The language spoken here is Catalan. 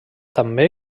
també